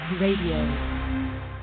radio